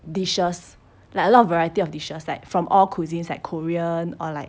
dishes like a lot of variety of dishes like from all cuisines like korean or like